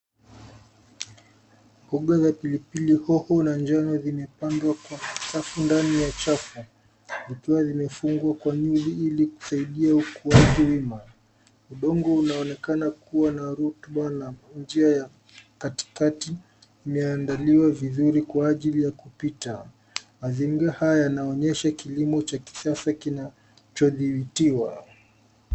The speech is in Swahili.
Mboga za pilipili hoho na njano zimepandwa kwa safu ndani ya chafu. Zikiwa zimefungwa kwa nyuzi ili kusaidia ukuaji wima. Udongo unaonekana kuwa na rutuba na njia ya katikati imeandaliwa vizuri kwa ajili ya kupita. Mazingira haya yanaonyesha kilimo cha kisasa kinachodhibitiwa.